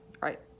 right